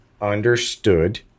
understood